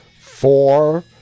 four